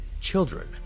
children